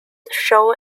show